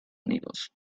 unidos